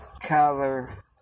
color